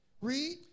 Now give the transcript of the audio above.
Read